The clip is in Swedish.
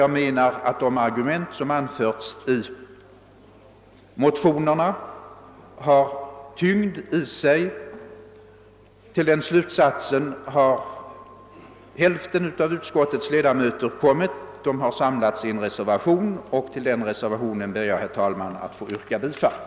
Jag menar att de argument som anförts i motionerna är vägande. Hälften av utskottets ledamöter har kommit till samma slutsats, och de har ställt sig bakom en reservation till vilken jag, herr talman, ber att få yrka bifall.